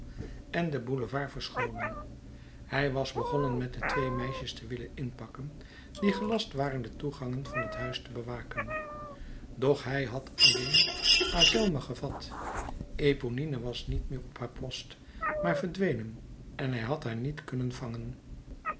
en den boulevard verscholen hij was begonnen met de twee meisjes te willen inpakken die gelast waren de toegangen van het huis te bewaken doch hij had alleen azelme gevat eponine was niet meer op haar post maar verdwenen en hij had haar niet kunnen vangen